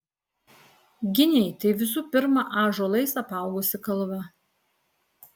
giniai tai visų pirma ąžuolais apaugusi kalva